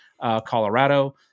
Colorado